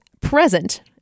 present